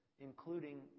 including